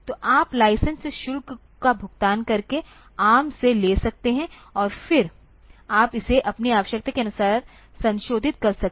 तो आप लाइसेंस शुल्क का भुगतान करके ARM से ले सकते हैं और फिर आप इसे अपनी आवश्यकता के अनुसार संशोधित कर सकते हैं